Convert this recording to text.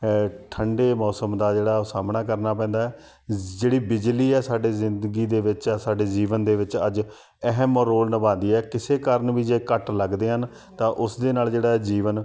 ਠੰਡੇ ਮੌਸਮ ਦਾ ਜਿਹੜਾ ਉਹ ਸਾਹਮਣਾ ਕਰਨਾ ਪੈਂਦਾ ਹੈ ਜਿਹੜੀ ਬਿਜਲੀ ਆ ਸਾਡੀ ਜ਼ਿੰਦਗੀ ਦੇ ਵਿੱਚ ਸਾਡੇ ਜੀਵਨ ਦੇ ਵਿੱਚ ਅੱਜ ਅਹਿਮ ਰੋਲ ਨਿਭਾਉਦੀ ਹੈ ਕਿਸੇ ਕਾਰਨ ਵੀ ਜੇ ਕੱਟ ਲੱਗਦੇ ਹਨ ਤਾਂ ਉਸ ਦੇ ਨਾਲ ਜਿਹੜਾ ਹੈ ਜੀਵਨ